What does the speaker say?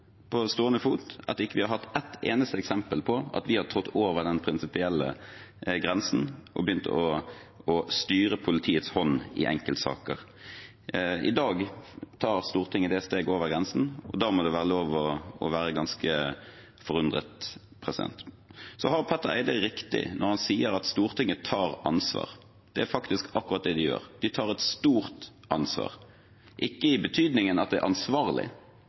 stående fot at vi ikke har hatt ett eneste eksempel på at vi har trådt over den prinsipielle grensen og begynt å styre politiets hånd i enkeltsaker. I dag tar Stortinget det steget over grensen. Da må det være lov å være ganske forundret. Petter Eide har rett når han sier at Stortinget tar ansvar. Det er faktisk akkurat det de gjør. De tar et stort ansvar, ikke i betydningen at det er ansvarlig,